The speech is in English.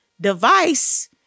device